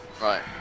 Right